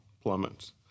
plummets